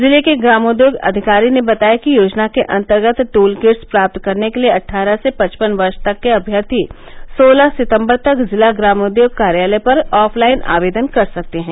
जिले के ग्रामोर्घोग अधिकारी ने बताया कि योजना के अन्तर्गत दूल किट्स प्राप्त करने के लिये अट्ठारह से पचपन वर्ष तक के अम्यर्थी सोलह सितम्बर तक जिला ग्रामोद्योग कार्यालय पर ऑफलाइन आवेदन कर सकते हैं